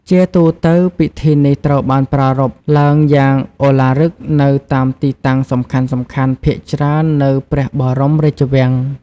ជាទូទៅ ពិធីនេះត្រូវបានប្រារព្ធឡើងយ៉ាងឱឡារិកនៅតាមទីតាំងសំខាន់ៗភាគច្រើននៅព្រះបរមរាជវាំង។